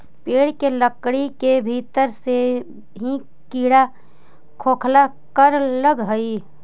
पेड़ के लकड़ी के भीतर से ही कीड़ा खोखला करे लगऽ हई